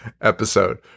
episode